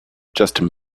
justin